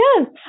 yes